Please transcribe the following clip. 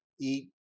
eat